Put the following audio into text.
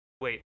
Wait